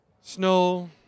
Snow